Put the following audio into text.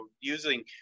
using